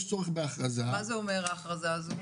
מה אומרת ההכרזה?